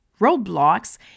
roadblocks